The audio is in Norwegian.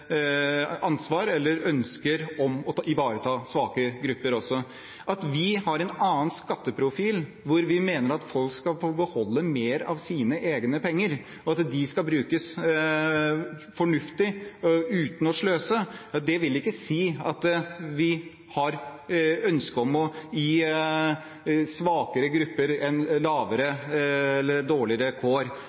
ansvar eller et ønske om å ivareta svake grupper. At vi har en annen skatteprofil og mener at folk skal få beholde mer av sine egne penger, og at de skal brukes fornuftig, uten å sløse, vil ikke si at vi har et ønske om å gi svake grupper